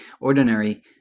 ordinary